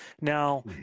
Now